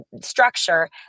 structure